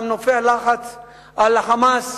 ממנופי הלחץ על ה"חמאס",